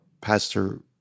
pastor